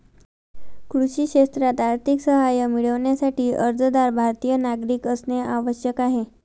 कृषी क्षेत्रात आर्थिक सहाय्य मिळविण्यासाठी, अर्जदार भारतीय नागरिक असणे आवश्यक आहे